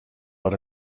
dat